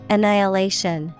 Annihilation